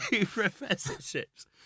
professorships